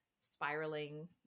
spiraling